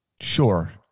Sure